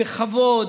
בכבוד.